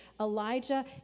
Elijah